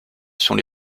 sont